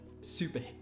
Super